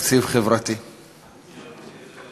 אם אתה לא יודע.